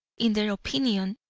in their opinion,